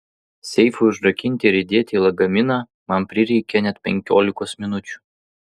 seifui užrakinti ir įdėti į lagaminą man prireikė net penkiolikos minučių